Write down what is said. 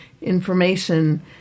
information